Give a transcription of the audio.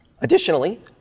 Additionally